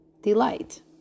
delight